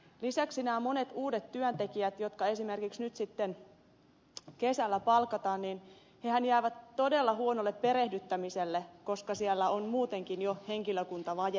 lisäksi nämä monet uudet työntekijät jotka esimerkiksi nyt sitten kesällä palkataan hehän jäävät todella huonolle perehdyttämiselle koska siellä on muutenkin jo henkilökuntavajetta